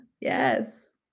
Yes